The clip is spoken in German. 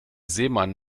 seemann